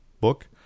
book